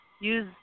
use